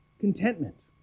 contentment